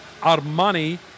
Armani